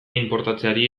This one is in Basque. inportatzeari